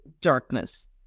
darkness